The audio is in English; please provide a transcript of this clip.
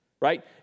right